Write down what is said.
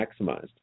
maximized